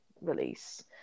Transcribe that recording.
release